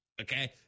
okay